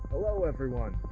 hello everyone,